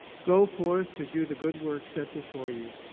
go forth to do the good work set before you.